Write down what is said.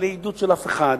בלי עידוד של אף אחד,